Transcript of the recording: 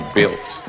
built